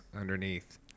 underneath